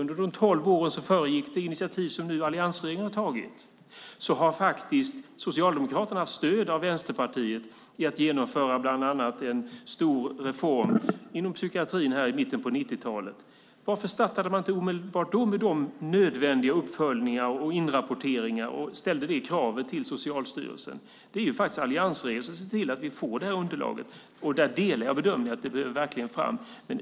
Under de tolv år som föregick det initiativ som alliansregeringen nu har tagit hade Socialdemokraterna stöd av Vänsterpartiet i att genomföra bland annat en stor reform inom psykiatrin i mitten av 90-talet. Varför startade man då inte omedelbart nödvändiga uppföljningar och inrapporteringar och ställde det kravet till Socialstyrelsen? Det är faktiskt alliansregeringen som ser till att vi får detta underlag. Där delar jag bedömningen att det verkligen behöver komma fram.